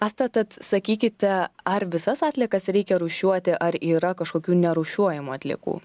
asta tad sakykite ar visas atliekas reikia rūšiuoti ar yra kažkokių nerūšiuojamų atliekų